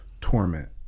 torment